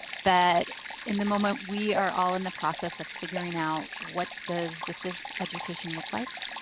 that in the moment we are all in the process of figuring out what does distance education look like?